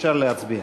אפשר להצביע.